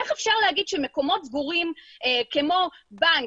איך אפשר להגיד שמקומות סגורים כמו בנק,